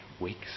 weeks